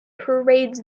parades